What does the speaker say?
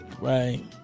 Right